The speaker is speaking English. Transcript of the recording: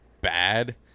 bad